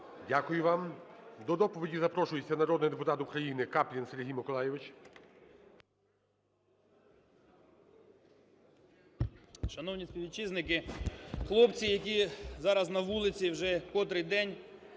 Дякую вам. До доповіді запрошується народний депутат УкраїниКаплін Сергій Миколайович.